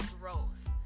growth